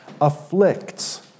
afflicts